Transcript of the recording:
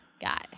Guys